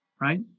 Right